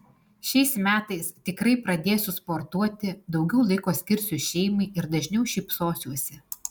šiais metais tikrai pradėsiu sportuoti daugiau laiko skirsiu šeimai ir dažniau šypsosiuosi